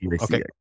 Okay